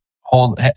hold